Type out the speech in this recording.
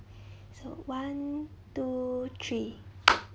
so one two three